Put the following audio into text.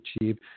achieve